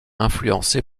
influencé